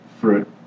fruit